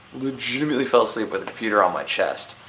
legitimately fell asleep with the computer on my chest.